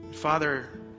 Father